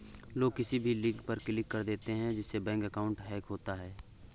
लोग किसी भी लिंक पर क्लिक कर देते है जिससे बैंक अकाउंट हैक होता है